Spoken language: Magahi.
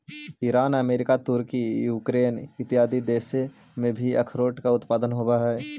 ईरान अमेरिका तुर्की यूक्रेन इत्यादि देशों में भी अखरोट का उत्पादन होवअ हई